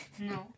No